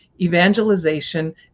evangelization